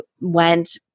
went